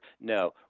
no